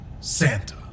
Santa